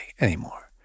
anymore